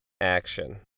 action